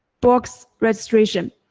box registration,